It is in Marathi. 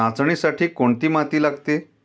नाचणीसाठी कोणती माती लागते?